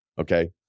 okay